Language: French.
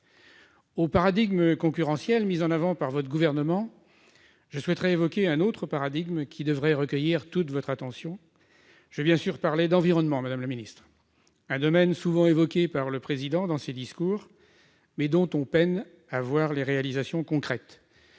du paradigme concurrentiel mis en avant par le Gouvernement, je souhaiterais évoquer un autre paradigme qui devrait recueillir toute votre attention : je veux bien sûr parler d'environnement, madame la secrétaire d'État. C'est un domaine souvent évoqué par le Président de la République dans ses discours, mais dont on peine à voir les réalisations concrètes.